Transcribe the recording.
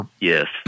yes